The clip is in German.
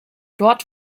dort